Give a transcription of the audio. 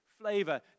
flavor